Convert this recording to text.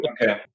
okay